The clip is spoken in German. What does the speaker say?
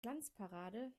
glanzparade